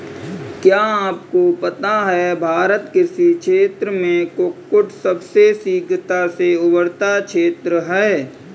क्या आपको पता है भारत कृषि क्षेत्र में कुक्कुट सबसे शीघ्रता से उभरता क्षेत्र है?